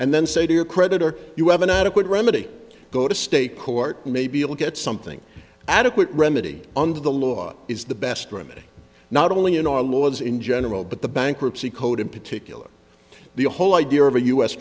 and then say to your creditor you have an adequate remedy go to state court may be able get something adequate remedy under the law is the best remedy not only in our laws in general but the bankruptcy code in particular the whole idea of a u